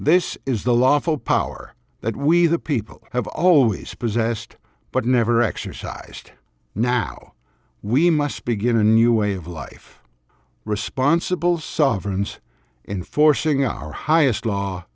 this is the lawful power that we the people have always possessed but never exercised now we must begin a new way of life responsible sovereigns in forcing our highest law